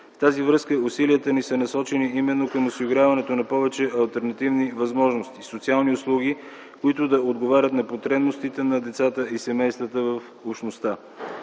В тази връзка усилията ни са насочени именно към осигуряването на повече алтернативни възможности, социални услуги, които да отговарят на потребностите на децата и семействата в общността.